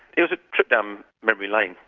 it was a trip down memory lane,